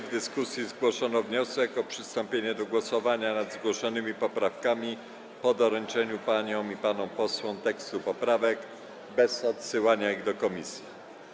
W dyskusji zgłoszono wniosek o przystąpienie do głosowania nad zgłoszonymi poprawkami po doręczeniu paniom i panom posłom tekstu poprawek, bez odsyłania ich do komisji.